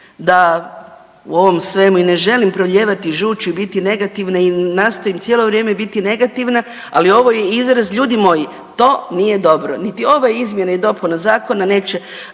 da u ovom svemu i ne želim proljevati žuć i biti negativna i nastojim cijelo vrijeme biti negativna, ali ovo je izraz. Ljudi moji, to nije dobro, niti ova izmjena i dopuna zakona neće